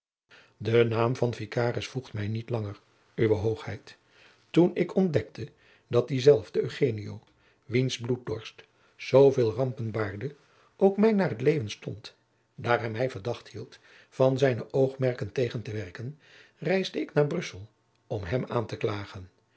de naam van vikaris voegt mij niet langer uwe hoogheid toen ik ontdekte dat diezelfde eugenio wiens bloeddorst zooveel rampen baarde ook mij naar t leven stond daar hij mij verdacht hield van zijne oogmerken tegen te werken reisde ik naar brussel om hem aan te klagen